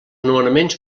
nomenaments